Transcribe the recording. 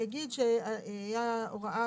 הייתה הוראה